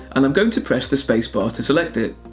and i'm going to press the space bar to select it.